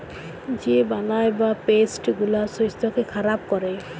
যে বালাই বা পেস্ট গুলা শস্যকে খারাপ ক্যরে